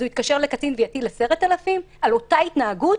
הוא יתקשר לקצין ויטיל קנס של 10,000 ש"ח על אותה התנהגות?